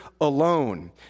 alone